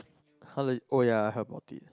!huh! legi` oh ya heard about it